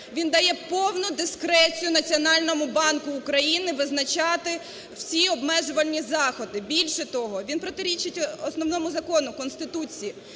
він дає повнудискрецію Національному банку України визначати всі обмежувальні заходи. Більше того, він протирічить Основному Закону – Конституції.